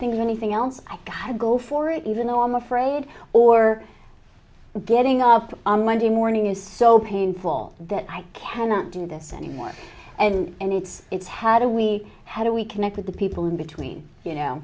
think of anything else i can go for it even though i'm afraid or getting up on monday morning is so painful that i cannot do this anymore and it's it's how do we how do we connect with the people in between you know